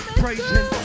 praising